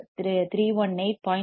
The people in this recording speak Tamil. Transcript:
309 ஹெர்ட்ஸ் 318